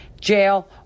jail